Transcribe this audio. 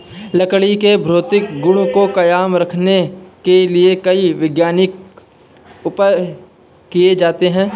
लकड़ी के भौतिक गुण को कायम रखने के लिए कई वैज्ञानिक उपाय किये जाते हैं